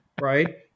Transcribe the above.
right